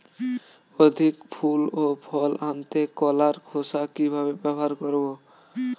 অধিক ফুল ও ফল আনতে কলার খোসা কিভাবে ব্যবহার করব?